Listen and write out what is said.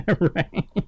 Right